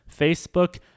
Facebook